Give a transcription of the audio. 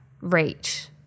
reach